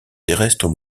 terrestres